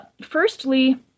Firstly